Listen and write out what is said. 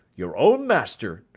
your own master,